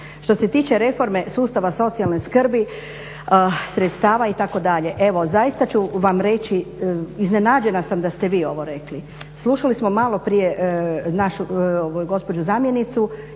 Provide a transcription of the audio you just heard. Što se tiče reforme sustava socijalne skrbi, sredstava itd., evo zaista ću vam reći iznenađena sam da ste vi ovo rekli, slušali smo maloprije gospođu zamjenicu